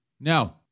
No